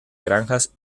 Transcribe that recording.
granjas